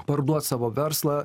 parduot savo verslą